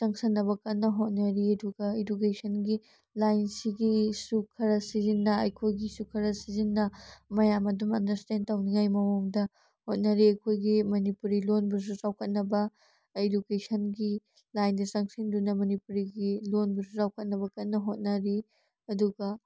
ꯆꯪꯁꯤꯟꯅꯕ ꯀꯟꯅ ꯍꯣꯠꯅꯔꯤ ꯑꯗꯨꯒ ꯏꯗꯨꯀꯦꯁꯟꯒꯤ ꯂꯥꯏꯟꯁꯤꯒꯤꯁꯨ ꯈꯔ ꯁꯤꯖꯤꯟꯅ ꯑꯩꯈꯣꯏꯒꯤꯁꯨ ꯈꯔ ꯁꯤꯖꯤꯟꯅ ꯃꯌꯥꯝ ꯑꯗꯨꯝ ꯑꯟꯗ꯭ꯔꯁꯇꯦꯟ ꯇꯧꯅꯤꯡꯉꯥꯏ ꯃꯑꯣꯡꯗ ꯍꯣꯠꯅꯔꯤ ꯑꯩꯈꯣꯏꯒꯤ ꯃꯅꯤꯄꯨꯔꯤ ꯂꯣꯟꯕꯨꯁꯨ ꯆꯥꯎꯈꯠꯅꯕ ꯏꯗꯨꯀꯦꯁꯟꯒꯤ ꯂꯥꯏꯟꯗ ꯆꯪꯁꯤꯟꯗꯨꯅ ꯃꯅꯤꯄꯨꯔꯤꯒꯤ ꯂꯣꯟꯕꯨꯁꯨ ꯆꯥꯎꯈꯠꯅꯕ ꯀꯟꯅ ꯍꯣꯠꯅꯔꯤ ꯑꯗꯨꯒ